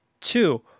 Two